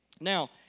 Now